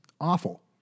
awful